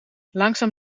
langzaam